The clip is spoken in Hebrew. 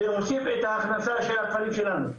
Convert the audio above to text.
להוסיף את ההכנסה של החיים שלנו,